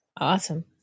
Awesome